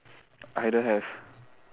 I don't have